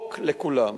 חוק לכולם.